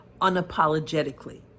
unapologetically